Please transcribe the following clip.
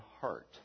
heart